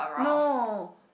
no